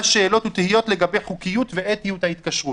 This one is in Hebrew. שאלות ותהיות לגבי חוקיות ואתיות ההתקשרות.